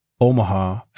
Omaha